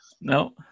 No